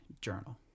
journal